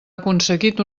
aconseguit